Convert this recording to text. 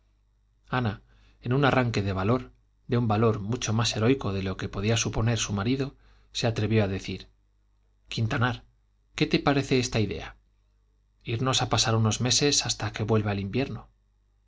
ana en un arranque de valor de un valor mucho más heroico de lo que podía suponer su marido se atrevió a decir quintanar qué te parece esta idea irnos a pasar unos meses hasta que vuelva el invierno